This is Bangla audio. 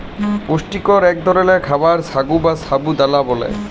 পুষ্টিকর ইক ধরলের খাবার সাগু বা সাবু দালা ব্যালে